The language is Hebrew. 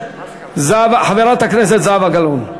חברת הכנסת זהבה גלאון,